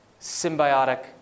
symbiotic